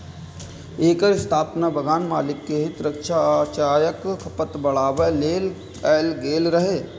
एकर स्थापना बगान मालिक के हित रक्षा आ चायक खपत बढ़ाबै लेल कैल गेल रहै